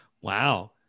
Wow